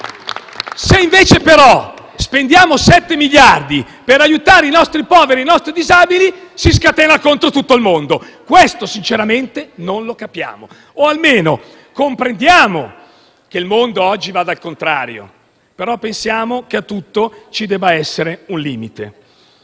Se invece spendiamo sette miliardi per aiutare i nostri poveri e i nostri disabili si scatena contro tutto il mondo. Questo sinceramente non lo capiamo, o almeno comprendiamo che il mondo oggi vada al contrario però pensiamo che a tutto ci debba essere un limite.